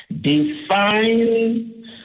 Define